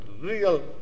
real